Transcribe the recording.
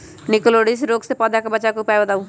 निककरोलीसिस रोग से पौधा के बचाव के उपाय बताऊ?